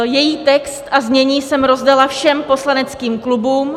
Její text a znění jsem rozdala všem poslaneckým klubům.